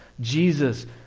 Jesus